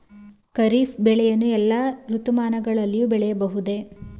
ಖಾರಿಫ್ ಬೆಳೆಯನ್ನು ಎಲ್ಲಾ ಋತುಮಾನಗಳಲ್ಲಿ ಬೆಳೆಯಬಹುದೇ?